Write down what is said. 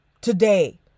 today